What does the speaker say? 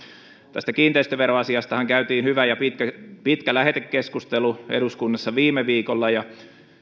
tästä kiinteistöveroasiastahan käytiin hyvä ja pitkä lähetekeskustelu eduskunnassa viime viikolla ja